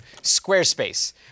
Squarespace